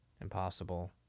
impossible